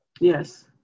Yes